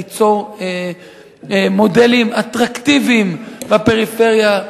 ליצור מודלים אטרקטיביים בפריפריה,